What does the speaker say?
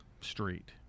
Street